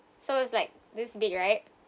so it's like this big right